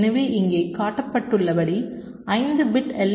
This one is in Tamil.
எனவே இங்கே காட்டப்பட்டுள்ளபடி 5 பிட் எல்